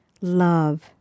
love